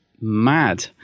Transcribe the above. mad